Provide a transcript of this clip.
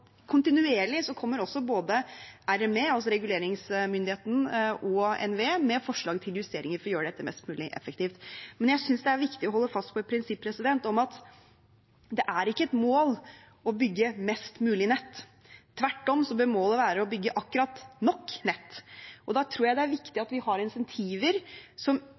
NVE med forslag til justeringer for å gjøre dette mest mulig effektivt. Jeg syns det er viktig å holde fast på et prinsipp om at det ikke er et mål å bygge mest mulig nett. Tvert om bør målet være å bygge akkurat nok nett, og da tror jeg det er viktig at vi har insentiver som